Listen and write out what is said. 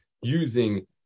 using